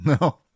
No